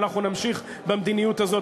ואנחנו נמשיך במדיניות הזאת.